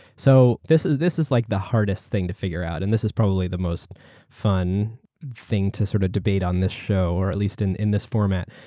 so this this is like the hardest thing to figure out and this is probably the most fun thing to sort of debate on this show or at least in in this format.